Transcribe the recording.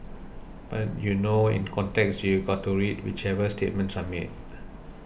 but you know in context you got to read whichever statements are made